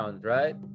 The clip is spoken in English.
right